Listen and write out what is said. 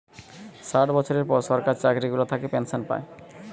ষাট বছরের পর সরকার চাকরি গুলা থাকে পেনসন পায়